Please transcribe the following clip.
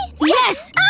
Yes